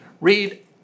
Read